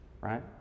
right